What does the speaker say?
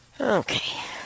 Okay